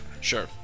Sure